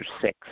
Six